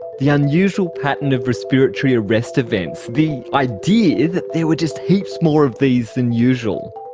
the unusual pattern of respiratory arrest events, the idea that there were just heaps more of these than usual.